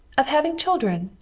of having children,